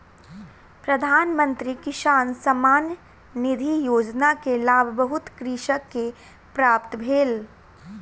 प्रधान मंत्री किसान सम्मान निधि योजना के लाभ बहुत कृषक के प्राप्त भेल